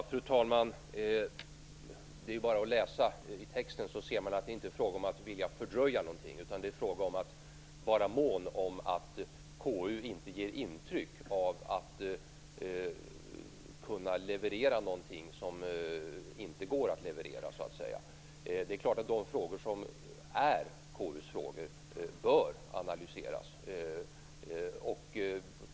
Fru talman! Man behöver bara läsa i texten för att se att det inte är fråga om att vilja fördröja någonting utan om att vara mån om att KU inte ger intryck av att kunna leverera någonting som inte går att leverera. Det är klart att det som är KU:s frågor bör analyseras.